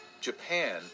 Japan